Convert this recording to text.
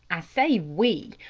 i say we,